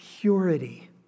purity